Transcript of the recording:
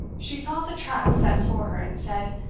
she saw the trap set for her, and said,